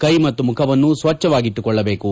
ಕೈ ಮತ್ತು ಮುಖವನ್ನು ಸ್ವಜ್ಞವಾಗಿಟ್ಲಿಕೊಳ್ಳಬೇಕು